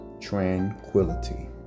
tranquility